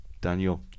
Daniel